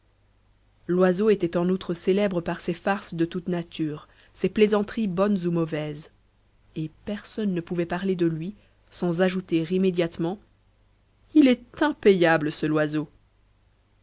loiseau était en outre célèbre par ses farces de toute nature ses plaisanteries bonnes ou mauvaises et personne ne pouvait parler de lui sans ajouter immédiatement il est impayable ce loiseau